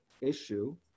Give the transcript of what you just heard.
issue